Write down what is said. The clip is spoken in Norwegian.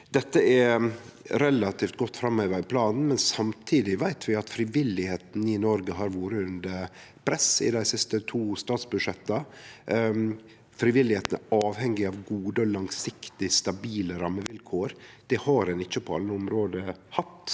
Dette er relativt godt framheva i planen, men samtidig veit vi at frivilligheita i Noreg har vore under press dei siste to statsbudsjetta. Frivilligheita er avhengig av gode, langsiktige og stabile rammevilkår. Det har ein ikkje hatt på alle område.